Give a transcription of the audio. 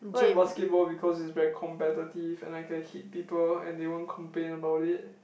I like basketball because it's very competitive and I can hit people and they won't complain about it